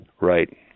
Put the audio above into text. Right